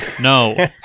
No